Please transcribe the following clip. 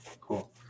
cool